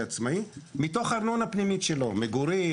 עצמאי מתוך הארנונה הפנימית שלו: מגורים,